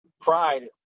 pride